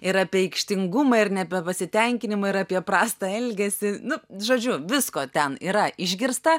ir apie aikštingumą ir nebepasitenkinimą ir apie prastą elgesį nu žodžiu visko ten yra išgirsta